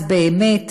אז באמת